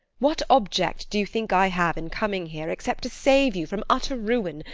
what object do you think i have in coming here, except to save you from utter ruin,